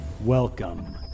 Welcome